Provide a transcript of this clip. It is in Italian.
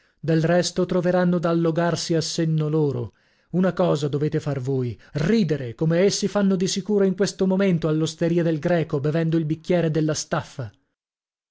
del resto troveranno da allogarsi a senno loro una cosa dovete far voi ridere come essi fanno di sicuro in questo momento all'osteria del greco bevendo il bicchiere della staffa